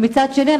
ומצד שני,